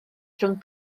rhwng